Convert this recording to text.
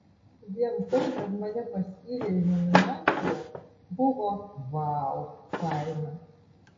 vien tai kad mane paskyrė į nominaciją buvo vau faina